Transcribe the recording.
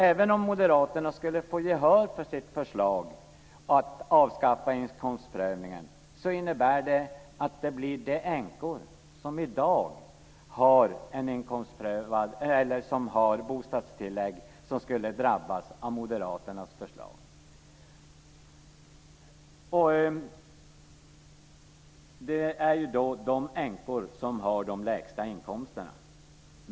Även om Moderaterna skulle få gehör för sitt förslag att avskaffa inkomstprövningen, innebär det att det blir de änkor som i dag har bostadstillägg som skulle drabbas av Moderaternas förslag, och det är ju de änkor som har de lägsta inkomsterna.